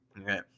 okay